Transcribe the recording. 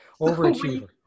Overachiever